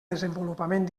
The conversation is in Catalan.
desenvolupament